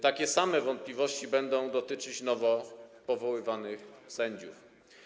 Takie same wątpliwości będą dotyczyć nowo powoływanych sędziów.